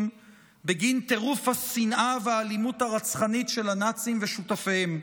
בגין טירוף השנאה והאלימות הרצחנית של הנאצים ושותפיהם.